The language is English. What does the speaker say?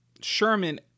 Sherman